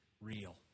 real